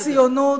מערכי הציונות,